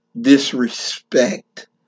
disrespect